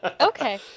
Okay